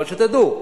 אבל שתדעו,